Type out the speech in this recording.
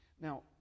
now